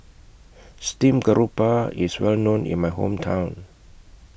Steamed Grouper IS Well known in My Hometown